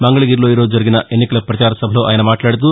మంగళగిరిలో ఈరోజు జరిగిన ఎన్నికల పచార సభలో ఆయన మాట్లాడుతూ